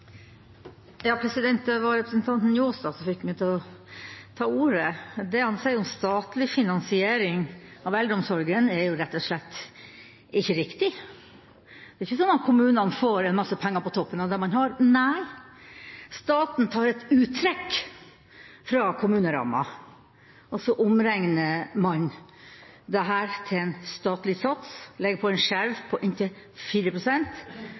rett og slett ikke riktig. Det er ikke slik at kommunene får masse penger på toppen av det man har. Nei, staten tar et uttrekk fra kommuneramma, og så omregner man dette til en statlig sats, legger på en skjerv på inntil